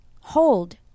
hold